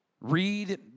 Read